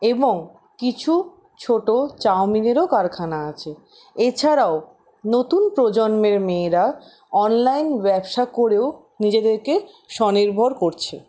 এবং কিছু ছোটো চাউমিনেরও কারখানা আছে এছাড়াও নতুন প্রজন্মের মেয়েরা অনলাইন ব্যবসা করেও নিজেদেরকে স্বনির্ভর করছে